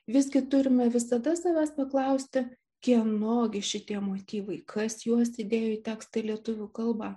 visgi turime visada savęs paklausti kieno gi šitie motyvai kas juos įdėjo į tekstą lietuvių kalba